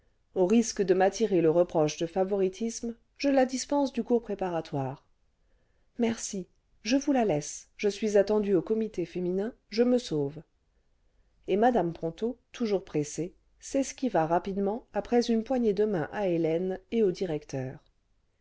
au risque de m'attirer le reproche de favoritisme je la dispense du cours préparatoire merci je vous la laisse je suis attendue au comité féminin je me sauve et mme ponto toujours pressée s'esquiva rapidement après une poignée de main à hélène et au directeur